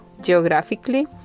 geographically